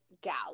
gal